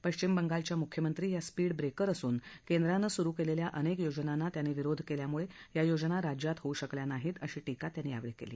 प्रश्विम बंगालच्या मुख्यमंत्री या स्पीड ब्रस्त्रे असून केंद्रानं सुरु क्लिखिा अनक्त योजनाना त्यांनी विरोध क्ल्यामुळत्रिय योजना राज्यात होऊ शकल्या नाही अशी टिका त्यांनी यावछी कली